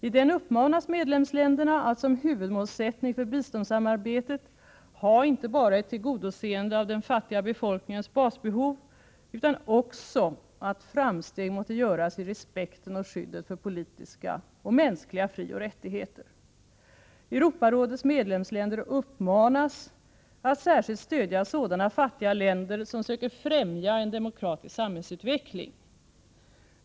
I den uppmanas medlemsländerna att som huvudmålsättning för biståndssamarbetet ha inte bara ett tillgodoseende av den fattiga befolkningens basbehov, utan också att framsteg måtte göras i respekten och skyddet för politiska och mänskliga frioch rättigheter. Europarådets medlemsländer uppmanas att särskilt stödja sådana fattiga länder som söker främja en demokratisk samhällsutveckling.